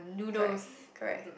correct correct